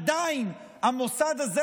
עדיין למוסד הזה,